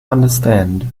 understand